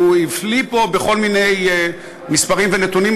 הוא הפליא פה בכל מיני מספרים ונתונים,